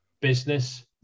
business